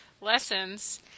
lessons